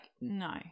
no